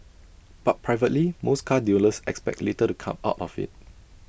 but privately most car dealers expect little to come out of IT